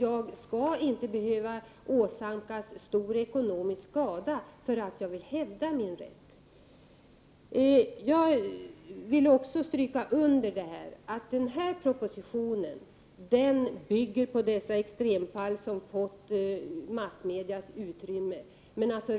Man skall inte behöva åsamkas stor ekonomisk skada för att man vill hävda sin rätt. Jag vill även understryka att denna proposition bygger på de extremfall som har fått massmedias utrymme.